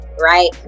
right